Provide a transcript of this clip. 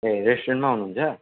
ए रेस्टुरेन्टमा आउनुहुन्छ